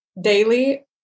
daily